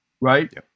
right